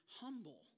humble